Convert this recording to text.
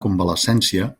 convalescència